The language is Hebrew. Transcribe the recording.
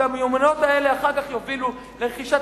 והמיומנויות האלה אחר כך יובילו לרכישת